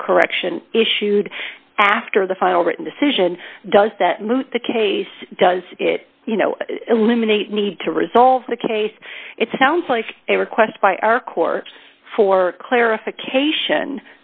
of correction issued after the final written decision does that moot the case does it you know eliminate need to resolve the case it sounds like a request by our court for clarification